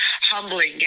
humbling